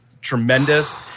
tremendous